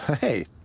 Hey